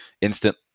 instant